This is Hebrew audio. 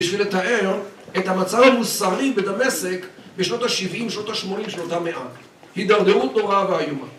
‫בשביל לתאר את המצב המוסרי בדמשק ‫בשנות ה-70, שנות ה-80, שנות ה-100. ‫הדרדרות נוראה ואיומה.